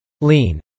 Lean